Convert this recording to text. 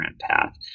path